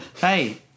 Hey